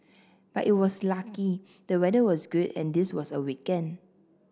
but it was lucky the weather was good and this was a weekend